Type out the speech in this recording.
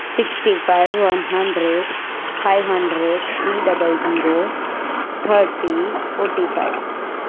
sixty five one hundred five hundred three double zero thirty forty five